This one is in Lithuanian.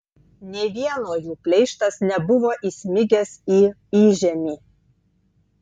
nė vieno jų pleištas nebuvo įsmigęs į įžemį